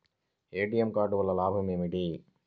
ATM card వల్ల లాభం ఏమిటి?